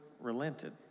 relented